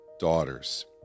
Daughters